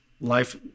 life